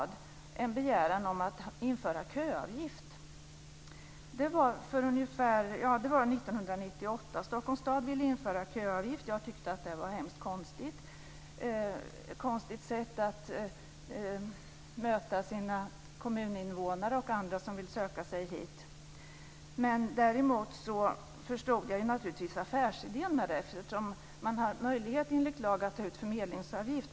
Det var en begäran om att införa köavgift 1998. Stockholms stad ville införa köavgift. Jag tyckte att det var ett hemskt konstigt sätt att möta sina kommuninvånare och andra som vill söka sig hit. Däremot förstod jag naturligtvis affärsidén med det. Man har enligt lag möjlighet att ta ut förmedlingsavgift.